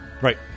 Right